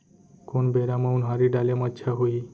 कोन बेरा म उनहारी डाले म अच्छा होही?